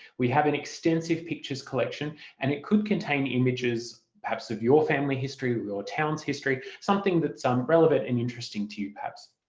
we have an extensive pictures collection and it could contain images perhaps of your family history, your town's history, something that's um relevant and interesting to you perhaps,